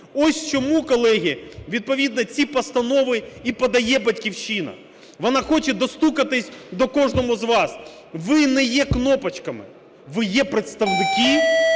Ось чому, колеги, відповідно ці постанови і подає "Батьківщина". Вона хоче достукатися до кожного з вас. Ви не є кнопочками. Ви є представники